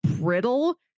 brittle